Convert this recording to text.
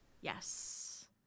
Yes